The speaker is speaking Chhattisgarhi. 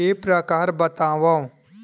के प्रकार बतावव?